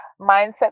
mindset